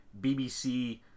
BBC